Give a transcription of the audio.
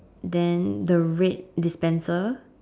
then the red dispenser